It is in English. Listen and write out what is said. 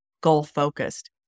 goal-focused